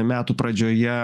metų pradžioje